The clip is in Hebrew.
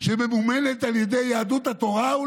שממומנת אולי על ידי יהדות התורה,